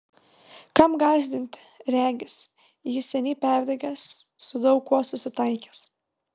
kam gąsdinti regis jis seniai perdegęs su daug kuo susitaikęs